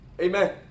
Amen